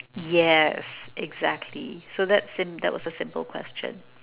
yes exactly so that sim~ that was a simple question